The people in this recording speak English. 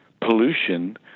pollution